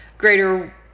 greater